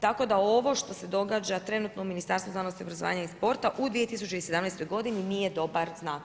Tako da ovo što se događa trenutno u Ministarstvu znanosti, obrazovanja i sporta u 2017. godini nije dobar znak.